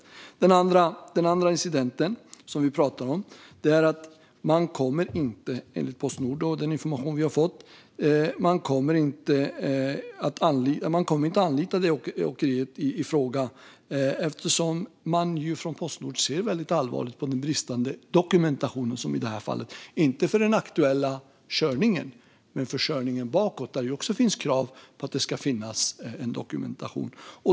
När det gäller den andra incidenten som vi pratar om kommer man enligt den information vi har fått från Postnord inte att använda åkeriet i fråga eftersom man från Postnord ser väldigt allvarligt på den bristande dokumentationen i fallet. Det gäller inte den aktuella körningen men körningen bakåt i tiden, där det ju också finns krav på dokumentation.